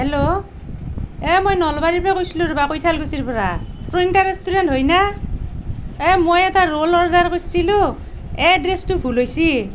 hello এই মই নলবাৰীৰপৰা কৈছলোঁ ৰ'বা কৈঠালকুছিৰপৰা প্ৰণিতা ৰেষ্টুৰেণ্ট হয়নে এ মই এটা ৰোল অৰ্ডাৰ কৰিছিলোঁ এ এড্ৰেছটো ভুল হৈছে